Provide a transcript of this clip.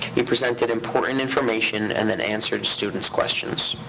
he presented important information and then answered students' questions.